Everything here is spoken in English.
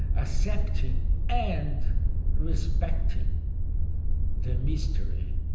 accepting and respecting the mystery.